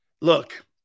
Look